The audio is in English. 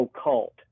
occult